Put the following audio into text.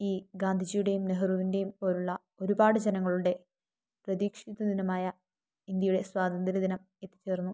ഈ ഗാന്ധിജിയുടെയും നെഹ്റുവിന്റേയും പോലുള്ള ഒരുപാട് ജനങ്ങളുടെ പ്രതീക്ഷിത ദിനമായ ഇന്ത്യയുടെ സ്വാതന്ത്ര്യദിനം എത്തിച്ചേർന്നു